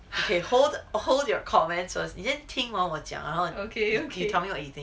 okay hold hold your comments first 你先听完我讲然后 tell me what you think